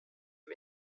are